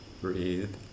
breathe